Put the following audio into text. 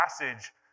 passage